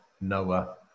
Noah